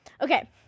okay